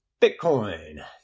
Bitcoin